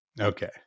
Okay